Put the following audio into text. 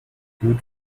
good